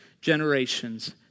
Generations